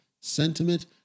sentiment